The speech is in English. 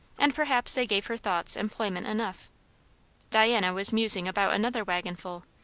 and perhaps they gave her thoughts employment enough diana was musing about another waggonful,